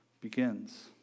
begins